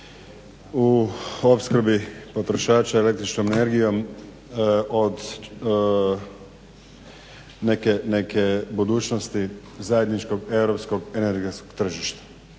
u opskrbi potrošača električnom energijom od neke budućnosti zajedničkog europskog energetskog tržišta.